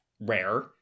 rare